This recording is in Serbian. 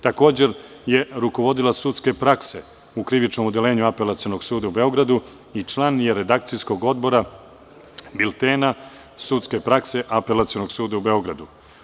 Takođe je rukovodilac sudske prakse u krivičnom odeljenju Apelacionog suda u Beogradu i član je Redakcijskog odbora Biltena sudske prakse Apelacionog suda u Beogradu.